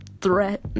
threat